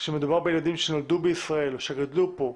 כשמדובר בילדים שנולדו בישראל ושגדלו פה,